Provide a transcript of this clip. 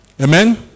Amen